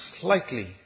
slightly